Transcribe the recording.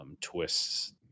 twists